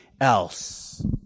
else